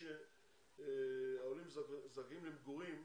העולים שזכאים למגורים,